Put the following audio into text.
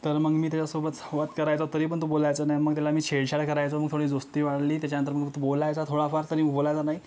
तर मग मी त्याच्यासोबत वर्क करायचो तरीपण तो बोलायचा नाही मग त्याला मी छेडछाड करायचो मग थोडी दोस्ती वाढली त्याच्यानंतर मग तो बोलायचा थोडाफार तरी बोलायचा नाही